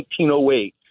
1908